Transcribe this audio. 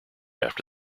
after